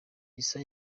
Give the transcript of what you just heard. gisa